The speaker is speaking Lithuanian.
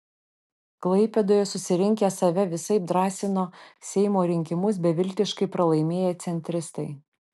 klaipėdoje susirinkę save visaip drąsino seimo rinkimus beviltiškai pralaimėję centristai